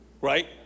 Right